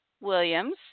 Williams